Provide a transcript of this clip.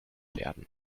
werden